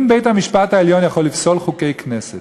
אם בית-המשפט העליון יכול לפסול חוקי כנסת,